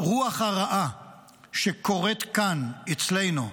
הרוח הרעה שקורית כאן אצלנו,